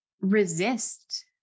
resist